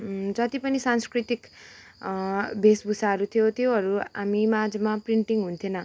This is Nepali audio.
जति पनि सांस्कृतिक वेशभूषाहरू थियो त्योहरू हामी माझमा प्रिन्टिङ हुने थिएन